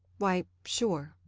why, sure.